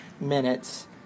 minutes